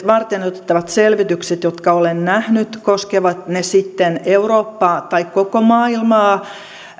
varteenotettavat selvitykset jotka olen nähnyt koskevat ne sitten eurooppaa tai koko maailmaa